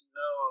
no